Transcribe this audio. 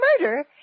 murder